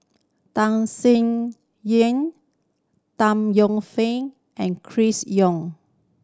Tham Sien Yen Tan Yeo Fern and Chris Yeo